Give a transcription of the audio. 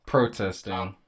Protesting